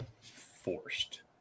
forced